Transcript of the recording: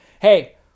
Hey